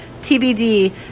TBD